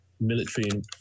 military